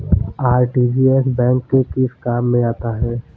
RTGS bank के किस काम में आता है?